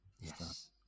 Yes